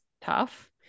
tough